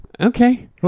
okay